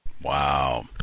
Wow